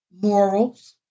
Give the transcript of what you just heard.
morals